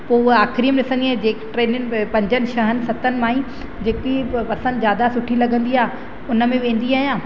पोइ आख़िरी में ॾिसंदी आहियां टिन्हिनि पंजनि शयुनि मां ई जेकी पसंदि ज्यादा सुठी लॻंदी आहे उन में वेंदी आहियां